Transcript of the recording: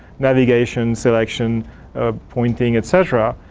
navigation, selection of pointing, et cetera.